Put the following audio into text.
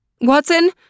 Watson